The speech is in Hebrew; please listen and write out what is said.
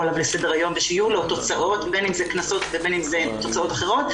לסדר היום ושיהיו לו תוצאות בין אם זה קנסות ובין אם זה תוצאות אחרות,